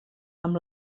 amb